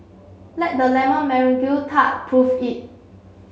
let the lemon tart prove it